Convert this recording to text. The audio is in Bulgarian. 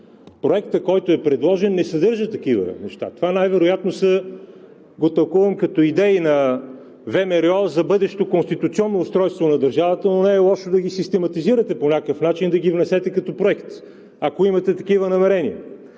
Проектът, който е предложен, не съдържа такива неща. Това най-вероятно го тълкувам като идеи на ВМРО за бъдещо конституционно устройство на държавата, но не е лошо да ги систематизирате по някакъв начин. Да ги внесете като проект, ако имате такива намерения.